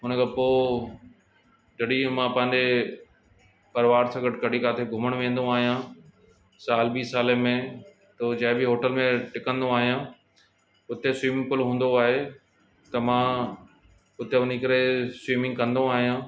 हुन खां पोइ जॾहिं बि मां पंहिंजे परिवार सां गॾु कॾहिं काथे घुमण वेंदो आहियां साल ॿीं साले में तो जंहिं बि होटल में टिकंदो आहियां हुते स्विमिंग पूल हूंदो आहे त मां हुते वञी करे स्विमिंग कंदो आहियां